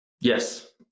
Yes